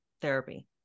therapy